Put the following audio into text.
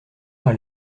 par